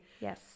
Yes